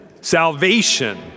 salvation